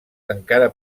encara